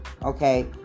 Okay